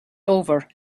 over